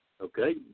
okay